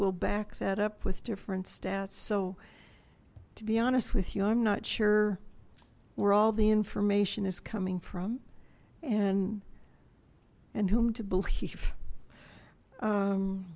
will back that up with different stats so to be honest with you i'm not sure where all the information is coming from and and whom to believe